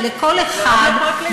ולכל אחד,